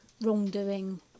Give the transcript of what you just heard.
wrongdoing